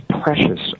precious